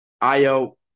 Io